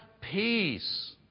peace